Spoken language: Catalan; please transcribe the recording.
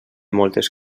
moltes